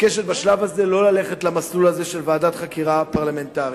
מבקשת בשלב הזה לא ללכת במסלול הזה של ועדת חקירה פרלמנטרית.